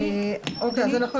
המוסד,